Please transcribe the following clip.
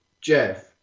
Jeff